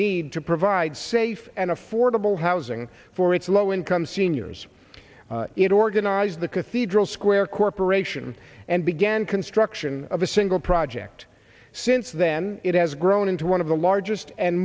need to provide safe and affordable housing for its low income seniors it organized the cathedral square corporation and began construction of a single project since then it has grown into one of the largest and